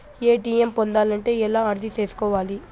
ATM పొందాలంటే ఎలా అర్జీ సేసుకోవాలి?